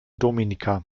dominica